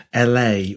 LA